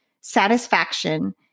satisfaction